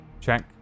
check